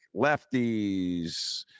lefties